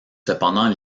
cependant